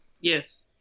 yes